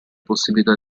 possibilità